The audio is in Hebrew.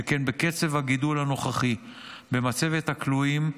שכן בקצב הגידול הנוכחי במצבת הכלואים,